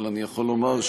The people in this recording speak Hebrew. אבל אני יכול לומר,